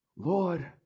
Lord